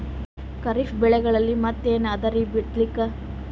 ಖರೀಫ್ ಬೆಳೆಗಳಲ್ಲಿ ಮತ್ ಏನ್ ಅದರೀ ಬಿತ್ತಲಿಕ್?